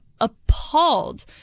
appalled